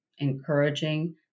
encouraging